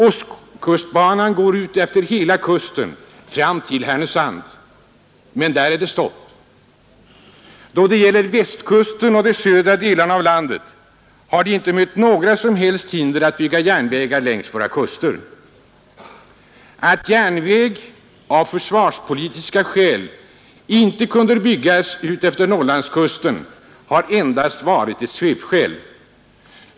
Ostkustbanan går utefter hela kusten fram till Härnösand. Där är det stopp. Då det gäller Västkusten och de södra delarna av landet har det inte mött några som helst hinder att bygga järnvägar längs våra kuster. Att järnväg av försvarspolitiska skäl inte kunde byggas utefter Norrlandskusten har endast varit ett svepskäl.